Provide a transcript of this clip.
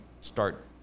start